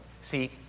See